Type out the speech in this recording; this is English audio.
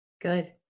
Good